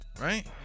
Right